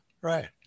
Right